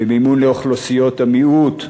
במימון לאוכלוסיות המיעוט,